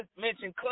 mentioned